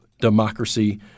democracy